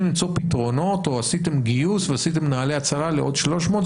למצוא פתרונות או עשיתם גיוס ועשיתם נעל"ה הצלה לעוד 300,